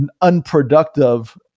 unproductive